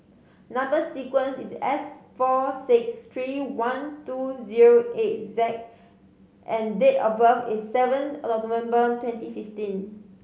number sequence is S four six three one two zero eight J and date of birth is seven of November twenty fifteen